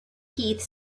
heath